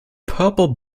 purple